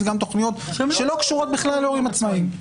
גם תוכניות שלא קשורות בכלל להורים עצמאיים.